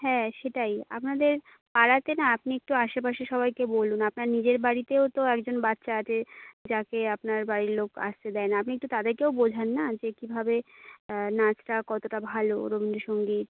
হ্যাঁ সেটাই আপনাদের পাড়াতে না আপনি একটু আশেপাশে সবাইকে বলুন আপনার নিজের বাড়িতেও তো একজন বাচ্চা আছে যাকে আপনার বাড়ির লোক আসতে দেয় না আপনি একটু তাদেরকেও বোঝান না যে কীভাবে নাচটা কতটা ভালো রবীন্দসংগীত